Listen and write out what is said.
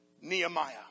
Nehemiah